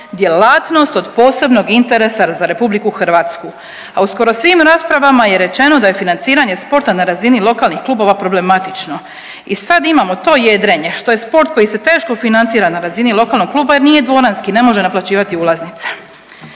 djelatnost od posebnog interesa za RH, a u skoro svim raspravama je rečeno da je financiranje sporta na razini lokalnih klubova problematično i sad imamo to jedrenje, što se sport koji se teško financira na razini lokalnog kluba jer nije dvoranski, ne može naplaćivati ulaznice.